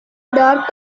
dark